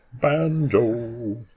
Banjo